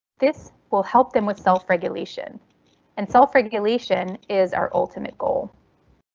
this will help them with self regulation and self regulation is our ultimate goal.